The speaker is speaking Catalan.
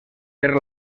per